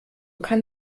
kann